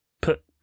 put